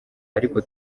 ariko